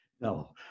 No